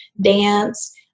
dance